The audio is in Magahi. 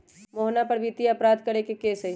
मोहना पर वित्तीय अपराध करे के केस हई